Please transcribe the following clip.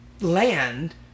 Land